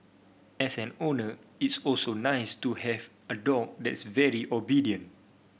as an owner it's also nice to have a dog that's very obedient